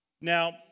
Now